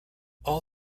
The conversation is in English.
all